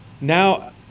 Now